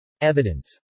Evidence